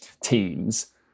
teams